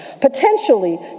Potentially